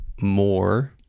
more